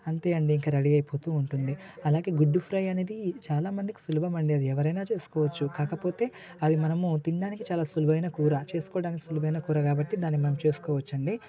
అంతే అండి ఇంకా రెడీ అయిపోతు ఉంటుంది అలాగే గుడ్డు ఫ్రై అనేది చాలామందికి సులభం అండి అది ఎవరైనా చేసుకోవచ్చు కాకపోతే అది మనము తినడానికి చాలా సులువైన కూర చేసుకోవడానికి చాలా సులువైన కూర కాబట్టి దానిని మనం చేసుకోవచ్చు